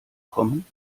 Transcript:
kommen